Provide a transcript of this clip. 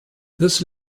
this